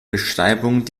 beschreibung